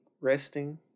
resting